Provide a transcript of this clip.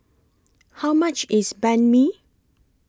How much IS Banh MI